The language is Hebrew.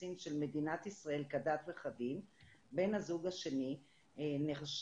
האוכלוסין של מדינת ישראל כדת וכדין בן הזוג השני נחשב